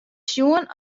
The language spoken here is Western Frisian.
sjoen